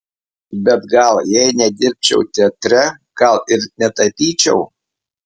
bet gal jei nedirbčiau teatre gal ir netapyčiau